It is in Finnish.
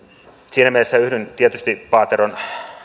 siinä mielessä yhdyn tietysti paateron